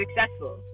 successful